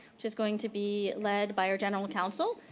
which is going to be led by our general counsel,